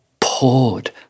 poured